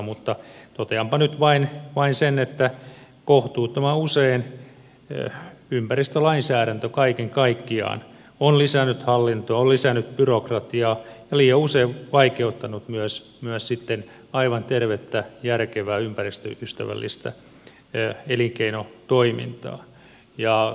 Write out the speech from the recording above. mutta toteanpa nyt vain sen että kohtuuttoman usein ympäristölainsäädäntö kaiken kaikkiaan on lisännyt hallintoa on lisännyt byrokratiaa ja liian usein vaikeuttanut myös sitten aivan tervettä järkevää ympäristöystävällistä elinkeinotoimintaa